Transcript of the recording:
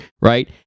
right